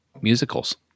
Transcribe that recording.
musicals